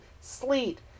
sleet